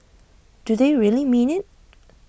do they really mean IT